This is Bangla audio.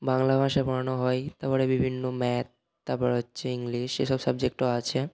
বাংলা ভাষায় পড়ানো হয় তারপরে বিভিন্ন ম্যাথ তারপর হচ্ছে ইংলিশ এসব সাবজেক্টও আছে